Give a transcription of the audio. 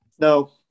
No